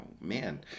man